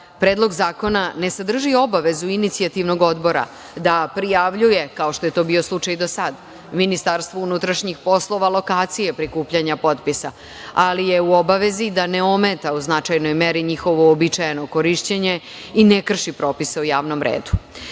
Predlog zakona ne sadrži obavezu inicijativnog odbora da prijavljuje, kao što je to bio slučaj do sada, Ministarstvu unutrašnjih poslova lokacije prikupljanja potpisa, ali je u obavezi da ne ometa u značajnoj meri njihovo uobičajeno korišćenje i ne krši propise o javnom